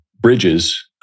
bridges